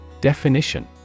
Definition